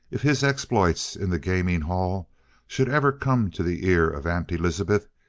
if his exploits in the gaming hall should ever come to the ear of aunt elizabeth,